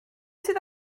sydd